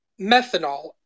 Methanol